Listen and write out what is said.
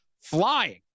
flying